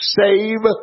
save